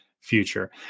future